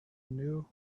knew